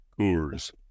Coors